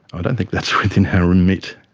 i don't think that's within our remit.